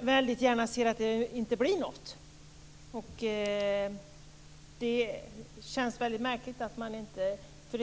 verkligen hoppas inte inträffar.